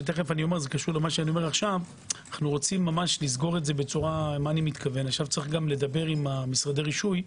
אנו רוצים ממש לסגור את זה צריך לדבר עם משרדי הרישוי.